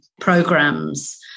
programs